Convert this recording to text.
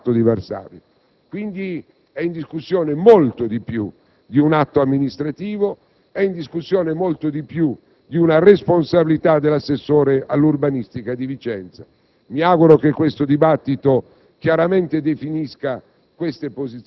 e dell'indipendenza del nostro Paese rispetto al sistema comunista del Patto di Varsavia. È in discussione, quindi, molto di più di un atto amministrativo; è in discussione molto di più di una responsabilità dell'assessore all'urbanistica di Vicenza.